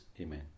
Amen